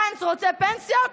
גנץ רוצה פנסיות,